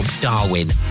Darwin